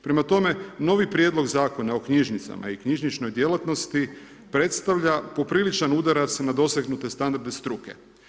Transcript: Prema tome novi prijedlog zakona o knjižnicama i knjižničnoj djelatnosti predstavlja popriličan udarac na dosegnute standarde struke.